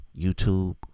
YouTube